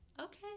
Okay